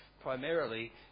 primarily